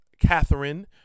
Catherine